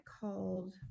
called